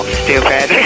stupid